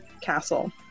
castle